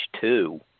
two